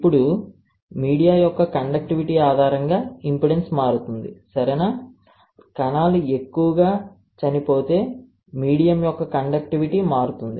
ఇప్పుడు మీడియా యొక్క కండక్టివిటీ ఆధారంగా ఇంపెడెన్స్ మారుతుంది సరేనా కణాలు ఎక్కువగా చనిపోతే మీడియం యొక్క కండక్టివిటీ మారుతుంది